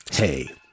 Hey